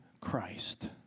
Christ